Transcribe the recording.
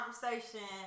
conversation